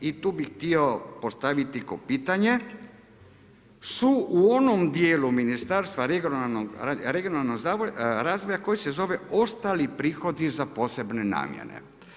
I tu bih postaviti pitanje, su u onom dijelu Ministarstva regionalnog razvoja koji se zove ostali prihodi za posebne namjene.